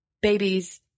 babies